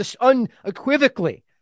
unequivocally